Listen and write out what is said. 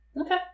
Okay